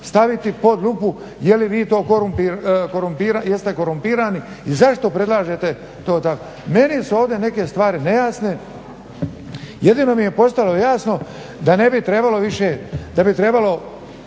staviti pod lupu jeste korumpirani i zašto predlažete to tako. Meni su neke stvari nejasne. Jedino mi je postalo jasno da ne bi trebalo više, da bi trebalo